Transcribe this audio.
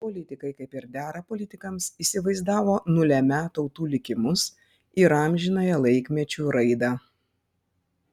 politikai kaip ir dera politikams įsivaizdavo nulemią tautų likimus ir amžinąją laikmečių raidą